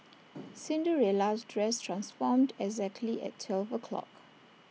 Cinderella's dress transformed exactly at twelve o' clock